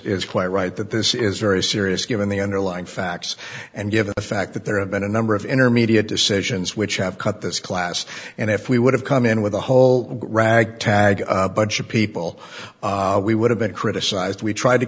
quite right that this is very serious given the underlying facts and given the fact that there have been a number of intermediate decisions which have cut this class and if we would have come in with a whole ragtag bunch of people we would have been criticized we tried to